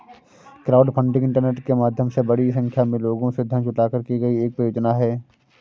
crowdfunding internet के माध्यम से बड़ी संख्या में लोगों से धन जुटाकर की गई एक परियोजना है